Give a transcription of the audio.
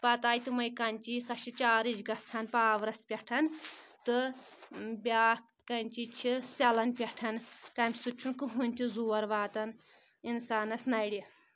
پتہٕ آیہِ تِمے کَنچی سۄ چھِ چارٕج گژھان پاورس پؠٹھ تہٕ بیاکھ کنچی چھِ سیلن پؠٹھ تَمہِ سۭتۍ چھُنہٕ کٕہٕینۍ تہِ زور واتان اِنسانس نرِ